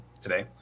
today